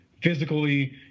physically